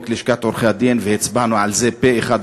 לשכת עורכי-הדין והצבענו על זה פה-אחד,